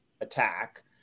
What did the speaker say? attack